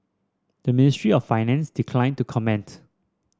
the Ministry of Finance declined to comment